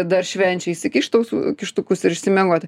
dar švenčia įsikišt ausų kištukus ir išsimiegoti